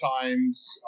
times